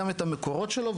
גם את המקורות שלו,